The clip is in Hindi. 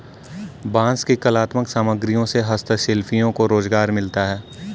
बाँस की कलात्मक सामग्रियों से हस्तशिल्पियों को रोजगार मिलता है